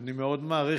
אני מאוד מעריך,